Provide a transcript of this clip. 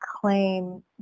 claim